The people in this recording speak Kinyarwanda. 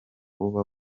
uba